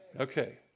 Okay